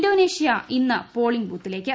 Indonesia ഇന്ന് polling ബൂത്തിലേക്ക്